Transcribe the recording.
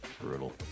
Brutal